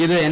ഇത് എൻ